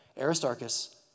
Aristarchus